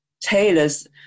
tailors